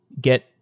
get